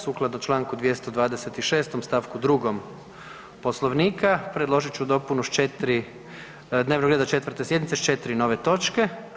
Sukladno čl. 226. st. 2. Poslovnika predložit ću dopunu dnevnog reda 4. sjednice s 4 nove točke.